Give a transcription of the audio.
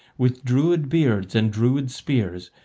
with druid beards and druid spears,